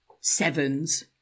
sevens